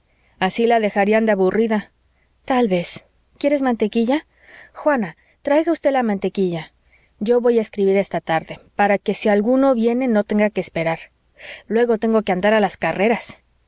así la dejarían de aburrida tal vez quieres mantequilla juana traiga usted la mantequilla yo voy a escribir esta tarde para que si alguno viene no tenga que esperar luego tengo que andar a las carreras